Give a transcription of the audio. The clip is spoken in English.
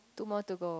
two more to go